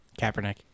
Kaepernick